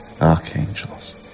Archangels